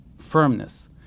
firmness